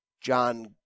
John